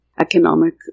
economic